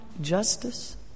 justice